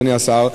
אדוני השר.